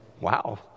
wow